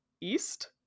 east